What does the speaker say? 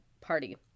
party